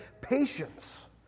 patience